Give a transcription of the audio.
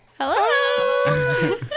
Hello